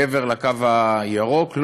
מעבר לקו הירוק?